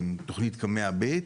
תוכנית קמ"ע ב',